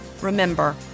Remember